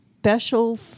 special